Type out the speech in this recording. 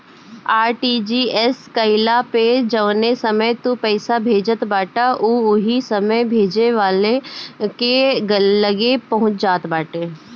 RTGS कईला पअ जवने समय तू पईसा भेजत बाटअ उ ओही समय भेजे वाला के लगे पहुंच जात बाटे